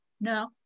No